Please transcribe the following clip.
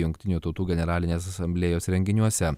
jungtinių tautų generalinės asamblėjos renginiuose